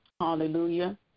hallelujah